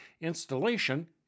installation